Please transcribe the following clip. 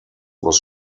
was